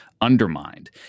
undermined